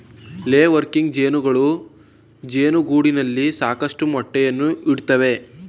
ಲೇ ವರ್ಕಿಂಗ್ ಜೇನುಗಳು ಜೇನುಗೂಡಿನಲ್ಲಿ ಸಾಕಷ್ಟು ಮೊಟ್ಟೆಯನ್ನು ಇಡುತ್ತವೆ